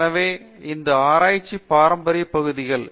எனவே இந்த ஆராய்ச்சி பாரம்பரிய பகுதிகள்